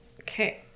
Okay